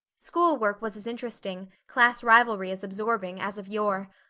schoolwork was as interesting, class rivalry as absorbing, as of yore.